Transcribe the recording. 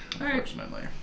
unfortunately